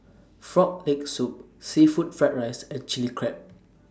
Frog Leg Soup Seafood Fried Rice and Chili Crab